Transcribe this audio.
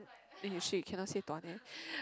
eh shit cannot say dua neh